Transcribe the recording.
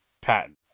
patent